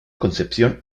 concepción